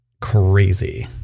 crazy